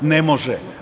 Ne može.